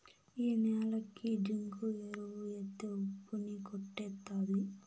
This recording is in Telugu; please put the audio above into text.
ఈ న్యాలకి జింకు ఎరువు ఎత్తే ఉప్పు ని కొట్టేత్తది